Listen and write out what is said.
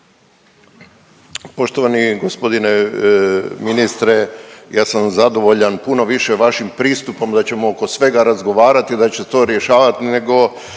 Poštovani gospodine ministre, ja sam zadovoljan puno više vašim pristupom da ćemo oko svega razgovarati, da će se to rješavati nego